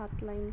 hotline